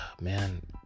man